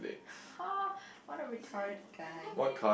!huh! what a retarded guy